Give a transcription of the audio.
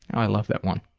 i love that one.